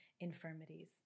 infirmities